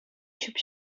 ҫӳп